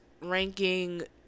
ranking